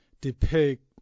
depict